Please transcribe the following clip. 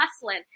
hustling